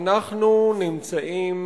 אנחנו נמצאים